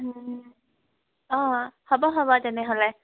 অঁ হ'ব হ'ব তেনেহ'লে